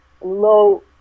low